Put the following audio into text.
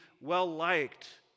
well-liked